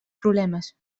problemes